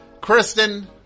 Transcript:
Kristen